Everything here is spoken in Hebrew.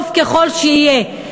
טוב ככל שיהיה,